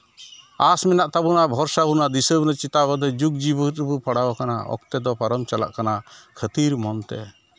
ᱟᱸᱥ ᱢᱮᱱᱟᱜ ᱛᱟᱵᱳᱱᱟ ᱵᱷᱚᱨᱥᱟ ᱩᱱᱟᱹᱜ ᱫᱤᱥᱟᱹ ᱩᱱᱟᱹᱜ ᱡᱩᱜᱽ ᱡᱮᱣᱭᱮᱛ ᱨᱮᱵᱚᱱ ᱯᱟᱲᱟᱣ ᱠᱟᱱᱟ ᱚᱠᱛᱮ ᱫᱚ ᱯᱟᱨᱚᱢ ᱪᱟᱞᱟᱜ ᱠᱟᱱᱟ ᱠᱷᱟᱹᱛᱤᱨ ᱛᱮ